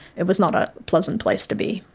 it was not a pleasant place to be.